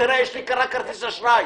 יש לי רק כרטיס אשראי,